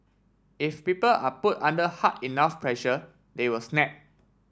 if people are put under hard enough pressure they will snap